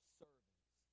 servants